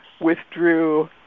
withdrew